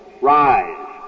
Rise